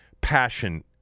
passion